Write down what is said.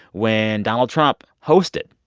when donald trump hosted.